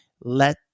let